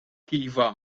iva